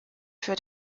für